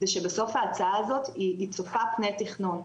זה שבסוף ההצעה הזאת היא צופה פני תכנון,